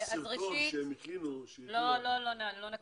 יש סרטון שהכינו --- לא, לא נקרין אותו.